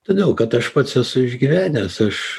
todėl kad aš pats esu išgyvenęs aš